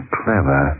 clever